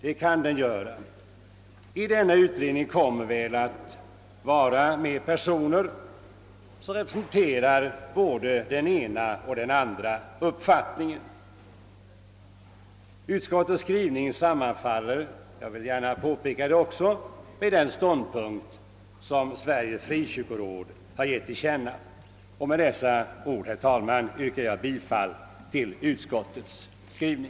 I denna utredning kommer att sitta med personer, som representerar både den ena och den andra uppfattningen. Jag vill påpeka att utskottets skrivning sammanfaller med den ståndpunkt som Sveriges frikyrkoråd givit till känna. Med dessa ord, herr talman, ber jag att få yrka bifall till utskottets hemställan.